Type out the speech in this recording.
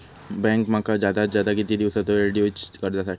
Bank माका जादात जादा किती दिवसाचो येळ देयीत कर्जासाठी?